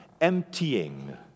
emptying